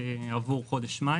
עבור חודש מאי